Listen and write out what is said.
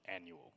annual